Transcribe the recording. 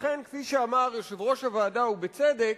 לכן, כפי שאמר יושב-ראש הוועדה ובצדק,